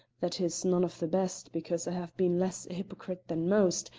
that is none of the best, because i have been less a hypocrite than most,